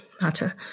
matter